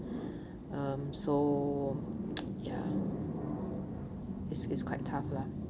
um so ya it's it's quite tough lah